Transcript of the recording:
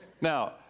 Now